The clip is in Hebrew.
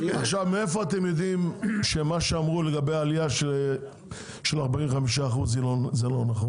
אבל --- מאיפה אתם יודעים שמה שאמרו לגבי העלייה של 45% הוא לא נכון?